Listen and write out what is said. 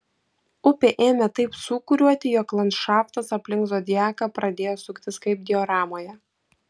upė ėmė taip sūkuriuoti jog landšaftas aplink zodiaką pradėjo suktis kaip dioramoje